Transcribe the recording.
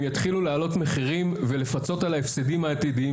הם יתחילו לעלות מחירים ולפצות על ההפסדים העתידיים